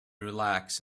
relax